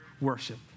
worship